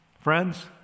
Friends